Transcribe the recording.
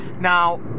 now